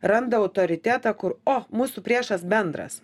randa autoritetą kur o mūsų priešas bendras